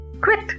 quit